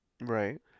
Right